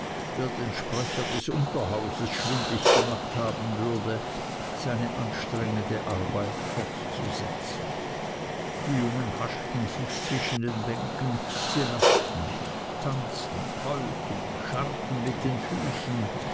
der den sprecher des unterhauses schwindlig gemacht haben würde seine anstrengende arbeit fortzusetzen die jungen haschten sich zwischen den bänken sie lachten sangen tanzten heulten scharrten mit den füßen